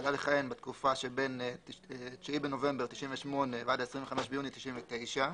שחדל לכהן בתקופה שבין 9 בנובמבר 1998 ועד 25 ביוני 1999,